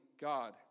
God